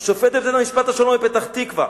שופטת בית-המשפט השלום בפתח-תקווה,